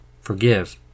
Forgive